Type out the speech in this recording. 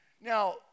Now